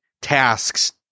tasks